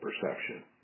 perception